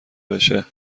بشه